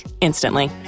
instantly